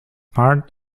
part